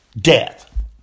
death